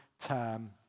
term